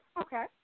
Okay